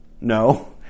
No